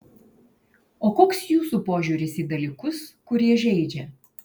o koks jūsų požiūris į dalykus kurie žeidžia